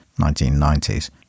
1990s